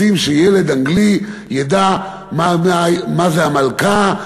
רוצים שילד אנגלי ידע מה זה המלכה,